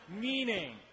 meaning